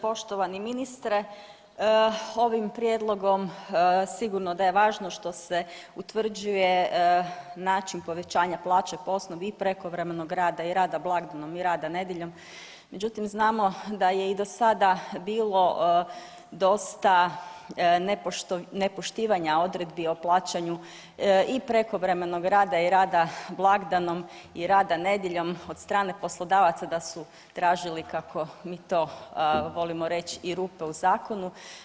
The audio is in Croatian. Poštovani ministre ovim prijedlogom sigurno da je važno što se utvrđuje način povećanja plaće po osnovi i prekovremenog rada i rada blagdanom i rada nedjeljom, međutim znamo da je i do sada bilo dosta nepoštivanja odredbi o plaćanju i prekovremenog rada i rada blagdanom i rada nedjeljom od strane poslodavaca da su tražili kako mi to volimo reći i rupe u zakonu.